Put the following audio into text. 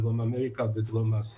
דרום אמריקה ודרום אסיה.